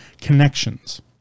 Connections